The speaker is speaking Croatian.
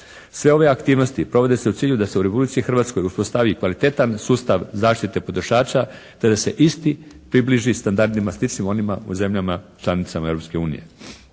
Sve ove aktivnosti provode se u cilju da se u Republici Hrvatskoj uspostavi kvalitetan sustav zaštite potrošača te da se isti približi standardima sličnim onima u zemljama članicama